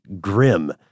grim